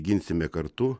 ginsime kartu